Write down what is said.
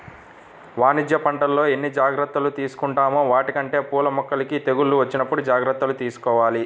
వాణిజ్య పంటల్లో ఎన్ని జాగర్తలు తీసుకుంటామో వాటికంటే పూల మొక్కలకి తెగుళ్ళు వచ్చినప్పుడు జాగర్తలు తీసుకోవాల